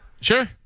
Sure